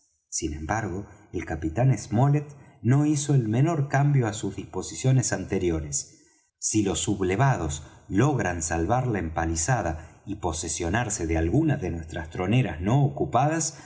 sin embargo el capitán smollet no hizo el menor cambio á sus disposiciones anteriores si los sublevados logran salvar la empalizada y posesionarse de algunas de nuestras troneras no ocupadas